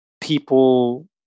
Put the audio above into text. people